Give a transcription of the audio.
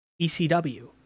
ECW